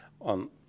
on